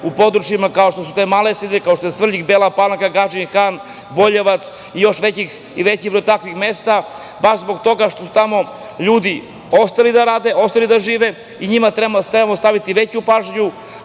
u područjima kao što su te male sredine, kao što je Svrljig, Bela Palanka, Gadžin Han, Boljevac i još takvih mesta, baš zbog toga što su tamo ljudi ostali da rade, ostali da žive i njima trebamo staviti veću pažnju,